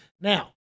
Now